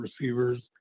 receivers